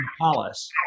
Palace